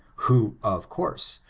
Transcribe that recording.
who, of course,